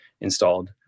installed